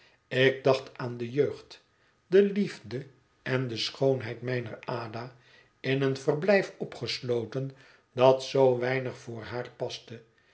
ik dacht aan de jeugd de liefde en de schoonheid mijner ada in een verblijf opgesloten dat zoo weinig voor haar paste